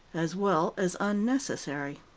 as well as unnecessary.